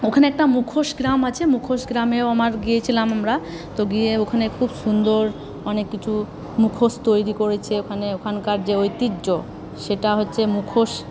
ওখানে একটা মুখোশ গ্রাম আছে মুখোশ গ্রামেও আমার গিয়েছিলাম আমরা তো গিয়ে ওখানে খুব সুন্দর অনেক কিচু মুখোশ তৈরি করেছে ওখানে ওখানকার যে ঐতিহ্য সেটা হচ্ছে মুখোশ